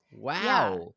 Wow